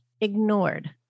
ignored